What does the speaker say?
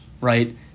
right